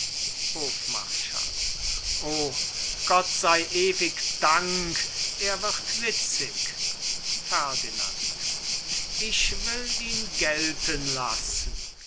hofmarschall o gott sei ewig dank er wird witzig ferdinand ich will ihn gelten lassen